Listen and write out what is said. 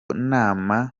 nama